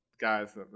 guys